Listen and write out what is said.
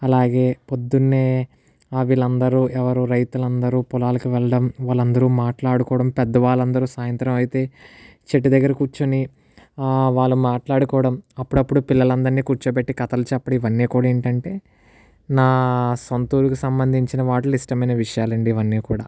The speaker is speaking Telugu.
అలాగే పొద్దున్నే ఆ వీళ్ళందరూ ఎవరు రైతులందరూ పొలాలకు వెళ్ళడం వాళ్ళందరూ మాట్లాడుకోవడం పెద్దవాళ్ళందరూ సాయంత్రం అయితే చెట్టు దగ్గర కూర్చుని ఆ వాళ్ళ మాట్లాడుకోవడం అప్పుడప్పుడు పిల్లలందరినీ కూర్చోబెట్టి కథలు చెప్పడం ఇవన్నీ కూడా ఏంటంటే నా సొంత ఊరికి సంబంధించిన వాటిలో ఇష్టమైన విషయాలన్నీ ఇవన్నీ కూడా